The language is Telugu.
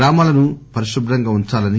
గ్రామాలను పరికుభ్రంగా ఉందాలని